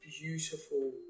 Beautiful